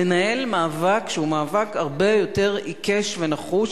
לנהל מאבק שהוא מאבק הרבה יותר עיקש ונחוש,